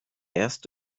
erst